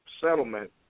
Settlement